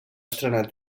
estrenar